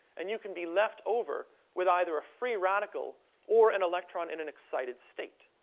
and you can be left over with either a free radical or an electron in an excited state.